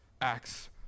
acts